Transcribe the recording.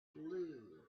blue